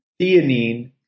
theanine